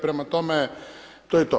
Prema tome, to je to.